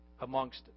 amongst